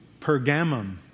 Pergamum